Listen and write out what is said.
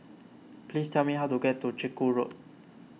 please tell me how to get to Chiku Road